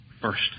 first